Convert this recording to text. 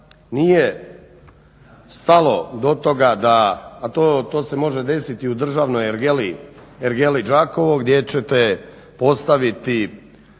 nije stalo do toga, a to se može desiti i u državnoj ergeli Đakovo gdje ćete postaviti